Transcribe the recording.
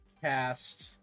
cast